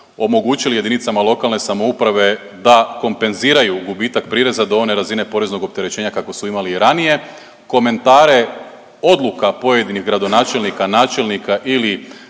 omogućili jedinicama lokalne samouprave da kompenziraju gubitak prireza do one razine poreznog opterećenja kako su imali i ranije. Komentare odluka pojedinih gradonačelnika, načelnika ili